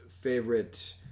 favorite